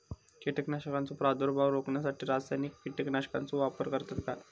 कीटकांचो प्रादुर्भाव रोखण्यासाठी रासायनिक कीटकनाशकाचो वापर करतत काय?